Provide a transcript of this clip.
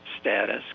status